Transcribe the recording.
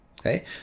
Okay